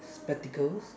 spectacles